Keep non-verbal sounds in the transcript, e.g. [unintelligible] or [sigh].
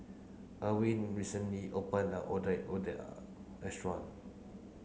[unintelligible] recently opened a otak [unintelligible] restaurant